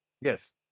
Yes